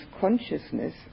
consciousness